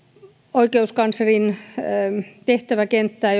oikeuskanslerin tehtäväkenttää